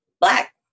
black